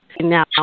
now